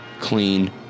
clean